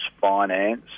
finance